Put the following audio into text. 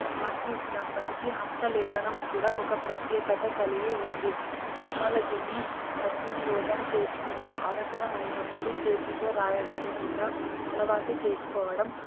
మార్చేసినప్పటికీ హస్తలేఖనం కూడా ఒక ప్రత్యేకత కలిగి ఉంది టెక్నాలజీని సద్వినియోగం చేసుకుంటూ అవసరమైనప్పుడు చేతితో రాయడాన్ని కూడా అలవాటు చేసుకోవడం